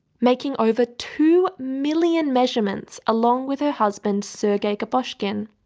making over two million measurements along with her husband sergei gaposchkin,